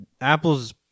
Apple's